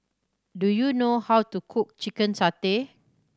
do you know how to cook chicken satay